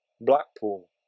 Blackpool